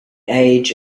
age